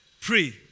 pray